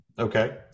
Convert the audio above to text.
Okay